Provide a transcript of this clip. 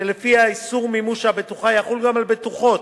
שלפיה איסור מימוש הבטוחה יחול גם על בטוחות